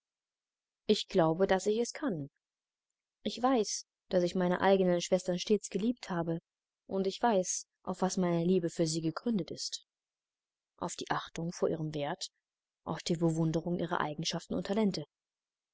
ich glaube daß ich es kann ich weiß daß ich meine eigenen schwestern stets geliebt habe und ich weiß auf was meine liebe für sie gegründet ist auf die achtung vor ihrem wert auf die bewunderung ihrer eigenschaften und talente